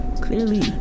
Clearly